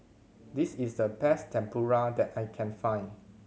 this is the best Tempura that I can find